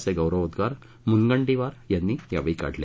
असे गौरोवोदगार मुनगंटीवार यांनी यावेळी काढले